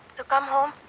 ah come home,